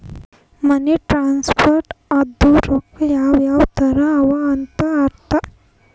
ಮನಿ types ಅಂದುರ್ ರೊಕ್ಕಾ ಯಾವ್ ಯಾವ್ ತರ ಅವ ಅಂತ್ ಅರ್ಥ